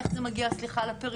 איך זה מגיע לפריפריה,